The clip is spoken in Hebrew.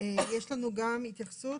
יש לנו גם התייחסות,